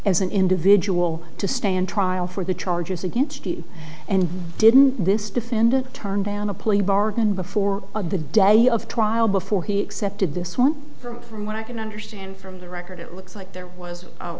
as an individual to stand trial for the charges against you and didn't this defendant turn down a plea bargain before the day of trial before he accepted this one from from what i can understand from the record it looks like there was